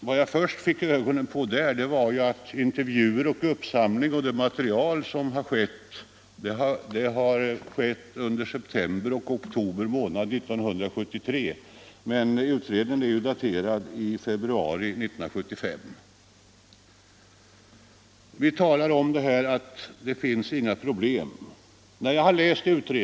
Vad jag först uppmärksammade där var att intervjuer och uppsamling av material skett under september och oktober månader 1973, medan utredningen ju är daterad i februari 1975. Vi har här hört sägas att det inte finns några problem då det gäller ortopediska skor.